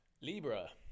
Libra